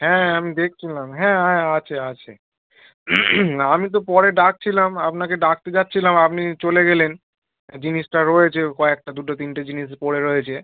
হ্যাঁ হ্যাঁ আমি দেখছিলাম হ্যাঁ হ্যাঁ আছে আছে আমি তো পরে ডাকছিলাম আপনাকে ডাকতে যাচ্ছিলাম আপনি চলে গেলেন জিনিসটা রয়েছে কয়েকটা দুটো তিনটে জিনিস পড়ে রয়েছে